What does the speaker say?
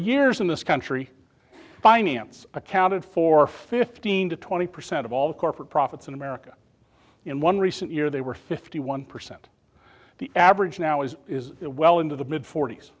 years in this country finance accounted for fifteen to twenty percent of all corporate profits in america in one recent year they were fifty one percent the average now is well into the mid fort